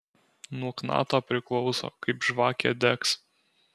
nuo knato priklauso kaip žvakė degs